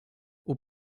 aux